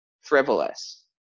frivolous